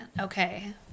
Okay